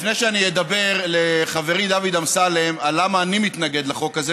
לפני שאני אדבר אל חברי דוד אמסלם על למה אני מתנגד לחוק הזה,